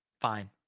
fine